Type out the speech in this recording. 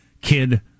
Kid